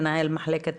מנהל מחלקת